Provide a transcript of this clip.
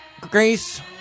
Grace